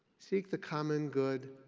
seek the common good,